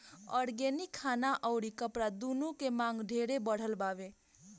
organic खाना अउरी कपड़ा दूनो के मांग ढेरे बढ़ल बावे